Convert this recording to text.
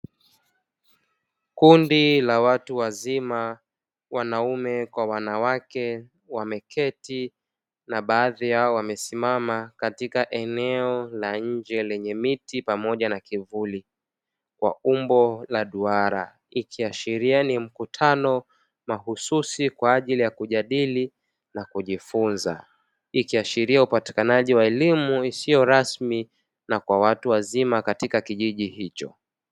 Kundi la watu wazima wanaume kwa wanawake wameketi na baadhi yao wamesimama katika eneo la nje lenye miti pamoja na kivuli kwa umbo la duara, ikiashiria ni mkutano mahususi kwa ajili ya kujadili na kujifunza. Ikiashiria upatikanaji wa elimu isiyo rasmi na kwa watu wazima katika Kijiji hicho.